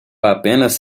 apenas